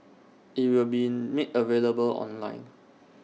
IT will be made available online